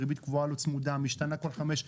בריבית קבועה לא צמודה משתנה כל חמש,